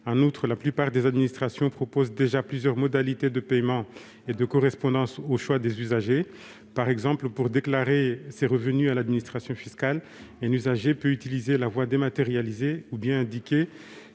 En outre, la plupart des administrations proposent déjà plusieurs modalités de paiement et de correspondance au choix des usagers. Ainsi, pour déclarer ses revenus à l'administration fiscale, un usager peut utiliser la voie dématérialisée ou indiquer